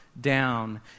down